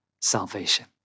salvation